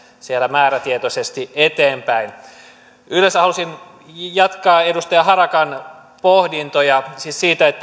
siellä määrätietoisesti eteenpäin haluaisin jatkaa edustaja harakan pohdintoja siis siitä